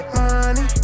money